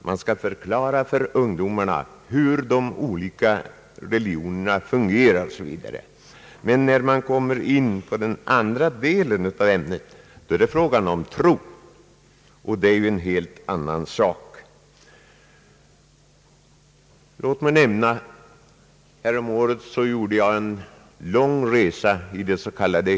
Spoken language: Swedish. Man skall förklara för ungdomen hur de olika religionerna fungerar osv. Men när man kommer in på den andra delen av ämnet är det fråga om tro, och det är ju en helt annan sak. Häromåret gjorde jag en lång resa i det s.k.